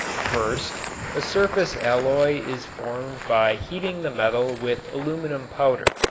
first a surface alloy is formed by heating the metal with aluminum powder.